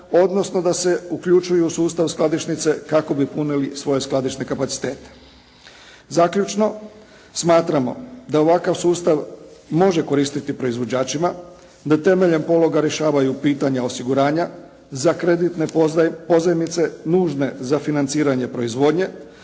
odnosno da se uključuju u sustav skladišnice kako bi punili svoje skladišne kapacitete. Zaključno. Smatramo da ovakav sustav može koristiti proizvođačima, da temeljem pologa rješavaju pitanja osiguranja za kreditne pozajmice nužne za financiranje proizvodnje.